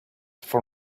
for